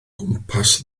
gwmpas